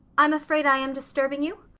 am afraid i am disturbing you.